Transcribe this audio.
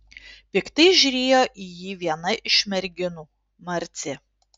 piktai žiūrėjo į jį viena iš merginų marcė